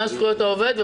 מה זכויות העובד,